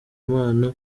mpano